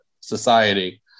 society